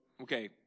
okay